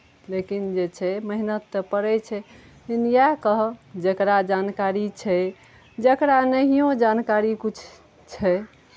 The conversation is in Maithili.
लेकिन जे छै मेहनत तऽ पड़ै छै लेकिन इएह कहब जकरा जानकारी छै जकरा नहिओ जानकारी किछु छै